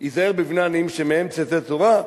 היזהר בבני עניים שמהם תצא תורה,